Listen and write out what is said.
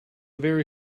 very